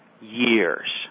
years